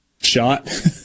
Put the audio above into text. Shot